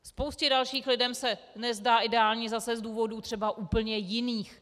Spoustě dalších lidem se nezdá ideální zase z důvodů třeba úplně jiných.